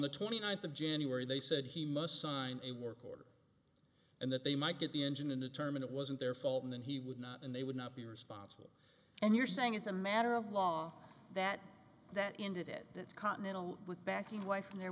the twenty ninth of january they said he must sign a work order and that they might get the engine and determine it wasn't their fault and then he would not and they would not be responsible and you're saying is a matter of law that that ended that continental with backing wife and the